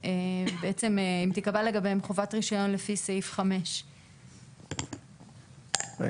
בעצם אם תיקבע לגביהם חובת רישיון לפי סעיף 5. רגע,